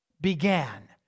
began